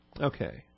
Okay